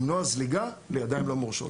הוא למנוע זליגה לידיים לא מורשות.